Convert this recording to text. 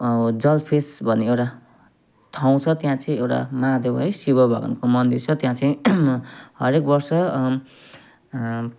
George फिस भन्ने एउटा ठाउँ छ त्यहाँ चाहिँ एउटा महादेव है शिव भगवानको मन्दिर छ त्यहाँ चाहिँ हरेक वर्ष